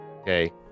Okay